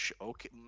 okay